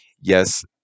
Yes